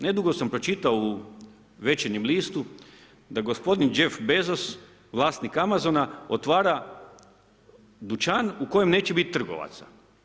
Nedugo sam pročitao u „Večernjem listu“ da gospodin Jeff Bezos, vlasnik „Amazona“ otvara dućan u kojem neće biti trgovaca.